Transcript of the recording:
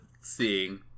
seeing